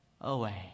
away